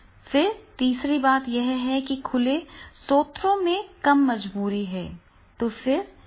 फिर तीसरा बिंदु यह है कि खुले स्रोतों में कम मजबूरी है तो फिर क्या आवश्यक है